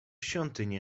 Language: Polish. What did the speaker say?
świątynię